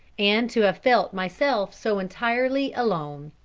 and to have felt myself so entirely alone.